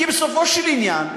כי בסופו של עניין,